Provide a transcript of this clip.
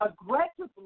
aggressively